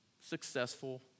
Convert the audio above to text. successful